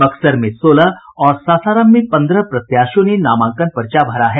बक्सर मे सोलह और सासाराम में पन्द्रह प्रत्याशियों ने नामांकन पत्र दाखिल किये हैं